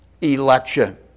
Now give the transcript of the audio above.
election